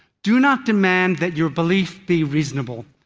do not demand that your belief be reasonable.